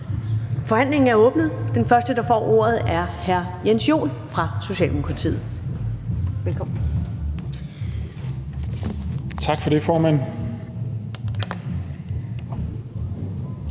Forhandlingen er åbnet. Den første, der får ordet, er hr. Jens Joel fra Socialdemokratiet. Velkommen. Kl. 14:09 (Ordfører)